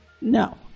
No